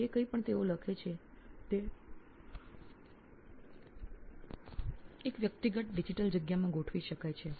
જે કંઇ પણ તેઓ લખે છે તે એક વ્યક્તિગત ડિજિટલ જગ્યામાં ગોઠવી શકાય છે